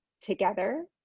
together